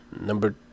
number